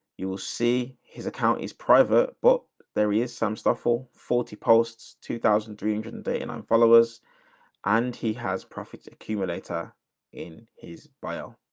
you will see his account is private, but there is some stuff for forty posts, two thousand three hundred a and day, and i'm followers and he has profits accumulator in his bio.